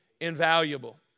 invaluable